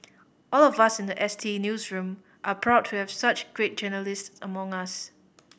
all of us in the S T newsroom are proud to have such great journalists among us